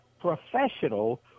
professional